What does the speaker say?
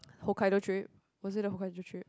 Hokkaido trip was it the Hokkaido trip